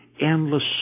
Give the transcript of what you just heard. endless